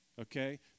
okay